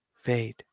fade